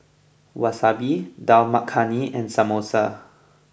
Wasabi Dal Makhani and Samosa